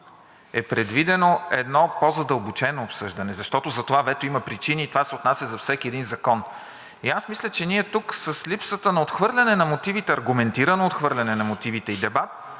е предвидено едно по-задълбочено обсъждане. Защото за това вето има причини и това се отнася за всеки един закон. И аз мисля, че ние тук с липсата на отхвърляне на мотивите – аргументирано отхвърляне на мотивите и дебат,